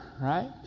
right